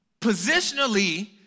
Positionally